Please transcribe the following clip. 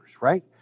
right